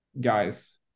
guys